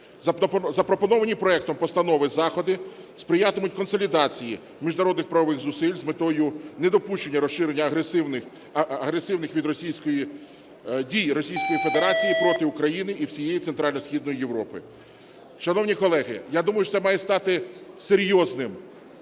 Запропоновані проектом постанови заходи сприятимуть консолідації міжнародних правових зусиль з метою недопущення розширення агресивних дій від Російської Федерації проти України і всієї Центрально-Східної Європи. Шановні колеги, я думаю, що це має стати серйозним